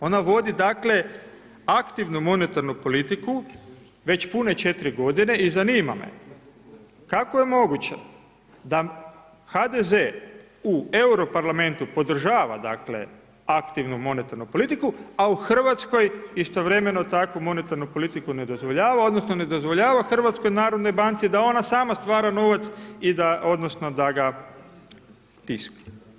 Ona vodi dakle, aktivnu monetarnu politiku već pune 4 g. i zanima me kako je moguće, da HDZ u Europarlamentu podržava dakle, aktivnu monetarnu politiku a u Hrvatskoj istovremenu takvu monetarnu politiku ne dozvoljava, odnosno, ne dozvoljava HNB-u da ona sama stvara novac i da odnosno, da ga tiska.